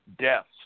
deaths